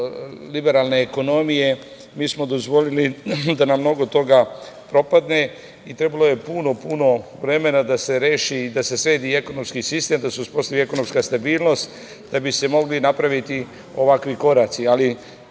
liberalne ekonomije, mi smo dozvolili da nam mnogo toga propadne i trebalo je puno, puno vremena da se sredi ekonomski sistem, da se uspostavi ekonomska stabilnost da bi se mogli napraviti ovakvi koraci.